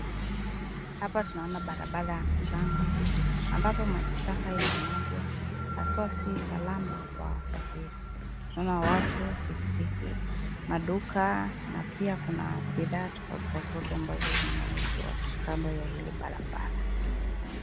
Hapa tunaona barabara ya mchanga ambapo maji taka imemwagwa, haswaa si salama kwa wasafiri. Tunaona watu, pikipiki, maduka na pia kuna bidhaa tofauti tofauti ambazo zinauzwa kando ya hili barabara.